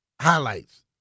highlights